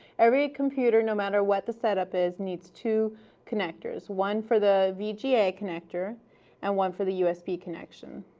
every computer, no matter what the setup is, needs two connectors. one for the vga connector and one for the usb connection.